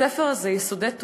הספר הזה, "יסודי תורה",